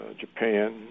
Japan